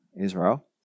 Israel